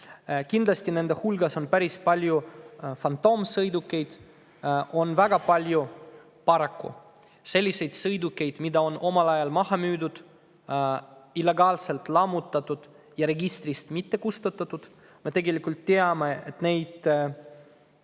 Kindlasti on nende hulgas päris palju fantoomsõidukeid. Paraku on väga palju selliseid sõidukeid, mis on omal ajal maha müüdud, illegaalselt lammutatud, aga registrist kustutamata jäetud. Me tegelikult teame, et neid